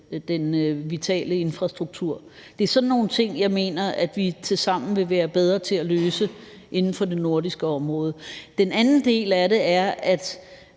den vitale infrastruktur. Det er sådan nogle ting, jeg mener at vi tilsammen vil være bedre til at løse inden for det nordiske område. Den anden del af det er, at